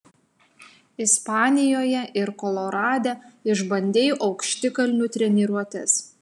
ispanijoje ir kolorade išbandei aukštikalnių treniruotes